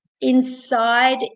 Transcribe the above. inside